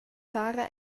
para